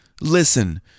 listen